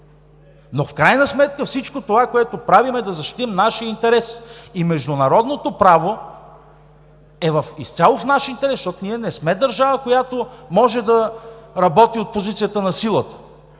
но в крайна сметка всичко това, което правим, е да защитим нашия интерес. И международното право е изцяло в наш интерес, защото ние не сме държава, която може да работи от позицията на силата.